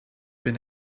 been